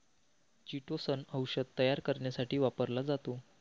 chitosan औषध तयार करण्यासाठी वापरला जातो